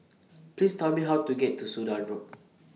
Please Tell Me How to get to Sudan Road